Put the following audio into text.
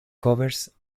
covers